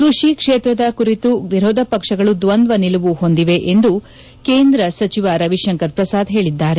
ಕ್ಬಡಿ ಕ್ಷೇತ್ರದ ಕುರಿತು ವಿರೋಧ ಪಕ್ಷಗಳು ದ್ವಂದ್ವ ನಿಲುವು ಹೊಂದಿವೆ ಎಂದು ಕೇಂದ್ರ ಸಚಿವ ರವಿಶಂಕರ್ ಪ್ರಸಾದ್ ಹೇಳಿದ್ದಾರೆ